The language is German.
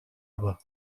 aber